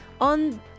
on